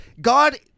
God